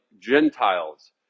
Gentiles